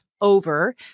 over